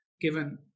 given